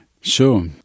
Sure